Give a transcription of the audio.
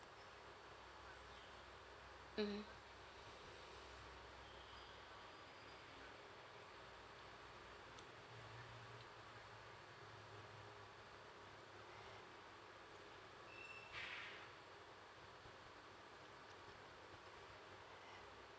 mmhmm